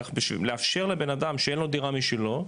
כך לאפשר לבנאדם שאין לו דירה משלו,